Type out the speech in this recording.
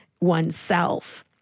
oneself